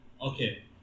okay